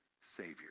Savior